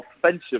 offensive